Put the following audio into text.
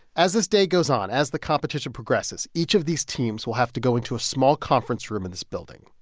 as this day goes on, as the competition progresses, each of these teams will have to go into a small conference room in this building.